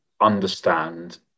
understand